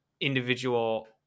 individual